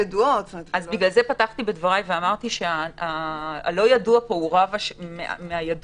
בגלל זה פתחתי בדבריי בכך שאמרתי שהלא-ידוע רב מהידוע,